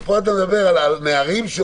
אם באמת רוצים להכניס אלימות על בסיס כלכלי בחוק,